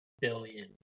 billion